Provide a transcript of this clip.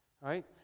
right